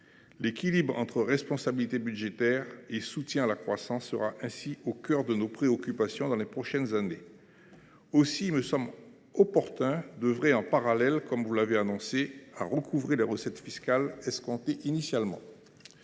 l’équilibre entre responsabilité budgétaire et soutien à la croissance sera au cœur de nos préoccupations dans les prochaines années. C’est pourquoi il me semble opportun d’œuvrer en parallèle, comme vous l’avez annoncé, à recouvrer les recettes fiscales escomptées initialement.